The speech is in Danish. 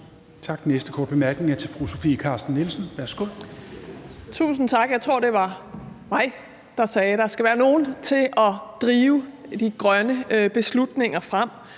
Carsten Nielsen. Værsgo. Kl. 22:25 Sofie Carsten Nielsen (RV): Tusind tak. Jeg tror, det var mig, der sagde, at der skal være nogle til at drive de grønne beslutninger frem.